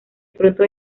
pronto